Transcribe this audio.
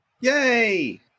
Yay